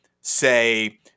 say